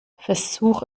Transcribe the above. versuch